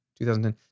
2010